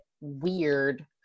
weird